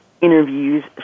interviews